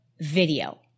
video